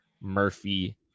Murphy